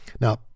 Now